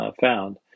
found